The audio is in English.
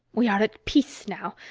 we are at peace now.